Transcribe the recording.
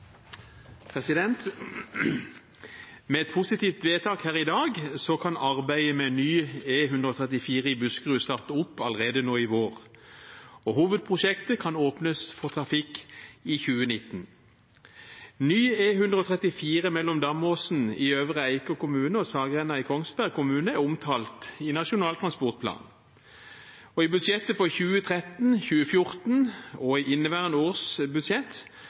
Med et positivt vedtak her i dag kan arbeidet med ny E134 i Buskerud starte allerede nå i vår, og hovedprosjektet kan åpnes for trafikk i 2019. Ny E134 mellom Damåsen i Øvre Eiker kommune og Saggrenda i Kongsberg kommune er omtalt i Nasjonal transportplan. I budsjettene for 2013 og 2014 og i inneværende års budsjett